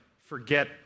forget